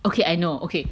okay I know okay